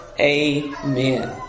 Amen